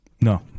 No